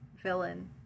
villain